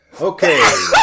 Okay